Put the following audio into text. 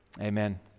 Amen